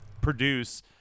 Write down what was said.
produce